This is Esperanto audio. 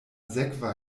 sekva